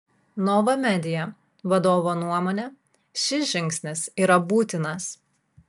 nova media vadovo nuomone šis žingsnis yra būtinas